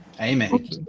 Amen